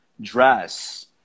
dress